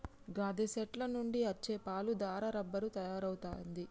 గాదె సెట్ల నుండి అచ్చే పాలు దారా రబ్బరు తయారవుతుంది